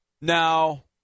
Now